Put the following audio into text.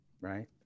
right